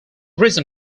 reason